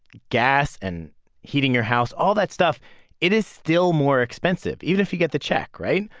gas and heating your house all that stuff it is still more expensive, even if you get the check, right?